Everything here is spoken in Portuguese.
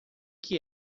que